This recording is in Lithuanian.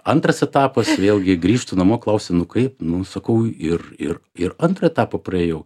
antras etapas vėlgi grįžtu namo klausia nu kaip nu sakau ir ir ir antrą etapą praėjau